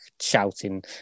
shouting